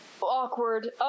awkward